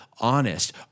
honest